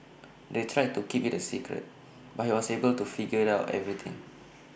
they tried to keep IT A secret but he was able to figure out everything